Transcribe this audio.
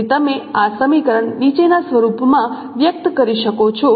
તેથી તમે આ સમીકરણ નીચેના સ્વરૂપમાં વ્યક્ત કરી શકો છો